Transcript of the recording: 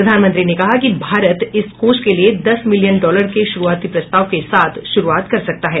प्रधानमंत्री ने कहा कि भारत इस कोष के लिए दस मिलियन डॉलर के शुरुआती प्रस्ताव के साथ शुरुआत कर सकता है